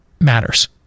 matters